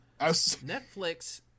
Netflix